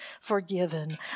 forgiven